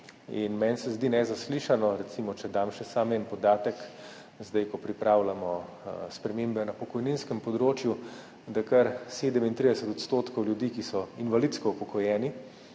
Meni se zdi nezaslišano, recimo, če dam samo še en podatek, zdaj ko pripravljamo spremembe na pokojninskem področju, da kar 37 % ljudi, ki so invalidsko upokojeni,